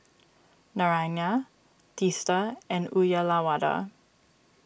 Naraina Teesta and Uyyalawada